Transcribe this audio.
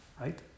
Right